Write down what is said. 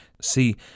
See